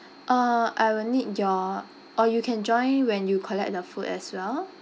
uh I will need your or you can join when you collect the food as well